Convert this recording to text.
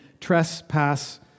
trespass